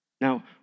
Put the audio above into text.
Now